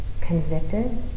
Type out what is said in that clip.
convicted